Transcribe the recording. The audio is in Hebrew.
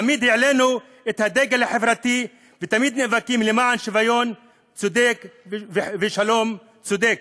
תמיד העלינו את הדגל החברתי ותמיד נאבקים למען שוויון צודק ושלום צודק,